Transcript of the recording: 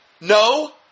No